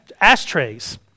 ashtrays